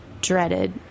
dreaded